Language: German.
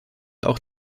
auch